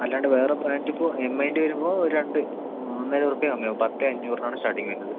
അല്ലാണ്ട് വേറെ ബ്രാൻ്റിപ്പോൾ എം ഐൻ്റെ വരുമ്പോൾ ഒര് രണ്ട് ഒന്നര ഉറുപ്പയ കമ്മിയാവും പത്ത് അഞ്ഞൂറിനാണ് സ്റ്റാർട്ടിങ്ങ് വരുന്നത്